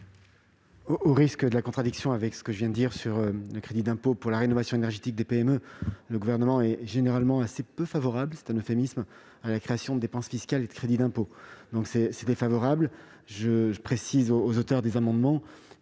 Au risque de la contradiction avec ce que je viens de dire sur le crédit d'impôt pour la rénovation énergétique des PME, le Gouvernement est généralement assez peu favorable, c'est un euphémisme, à la création de dépenses fiscales et de crédits d'impôt. C'est donc un avis défavorable sur les deux amendements.